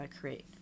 create